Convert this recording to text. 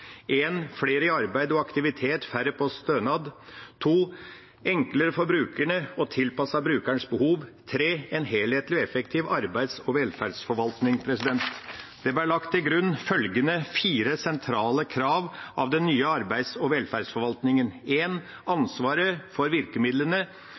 flere i arbeid og aktivitet, færre på stønad enklere for brukerne og tilpasset brukernes behov en helhetlig og effektiv arbeids- og velferdsforvaltning Det ble lagt til grunn følgende fire sentrale krav til den nye arbeids- og velferdsforvaltningen: